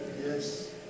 Yes